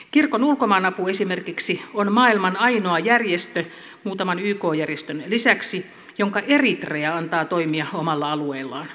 kirkon ulkomaanapu esimerkiksi on maailman ainoa järjestö muutaman yk järjestön lisäksi jonka eritrea antaa toimia omalla alueellaan